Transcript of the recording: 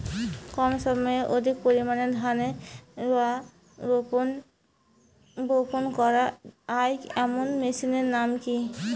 কম সময়ে অধিক পরিমাণে ধানের রোয়া বপন করা য়ায় এমন মেশিনের নাম কি?